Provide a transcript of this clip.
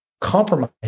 compromise